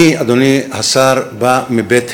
אני, אדוני השר, בא מבית הלל,